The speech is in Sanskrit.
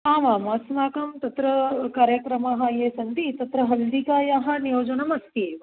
आमाम् अस्माकं तत्र कार्यक्रमाः ये सन्ति तत्र हल्दिकायाः नियोजनम् अस्ति एव